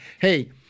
hey